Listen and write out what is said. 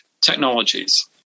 technologies